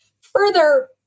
Further